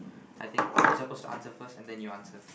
I think I'm supposed to answer first and then you answer